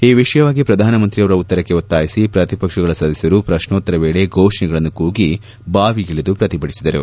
ಈ ವಿಷಯವಾಗಿ ಪ್ರಧಾನಮಂತ್ರಿಯವರ ಉತ್ತರಕ್ಕೆ ಒತ್ತಾಯಿಸಿ ಪ್ರತಿಪಕ್ಷಗಳ ಸದಸ್ದರು ಪ್ರಕ್ನೋತ್ತರ ವೇಳೆ ಘೋಷಣೆಗಳನ್ನು ಕೂಗಿ ಭಾವಿಗಿಳಿದು ಪ್ರತಿಭಟಿಸಿದರು